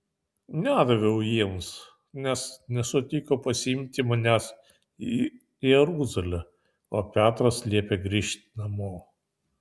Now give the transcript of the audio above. nedaviau jiems nes nesutiko pasiimti manęs į jeruzalę o petras liepė grįžt namo